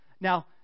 now